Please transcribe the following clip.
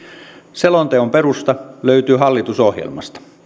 selonteon perusta löytyy hallitusohjelmasta